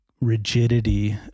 rigidity